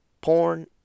porn